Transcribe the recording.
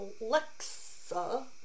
Alexa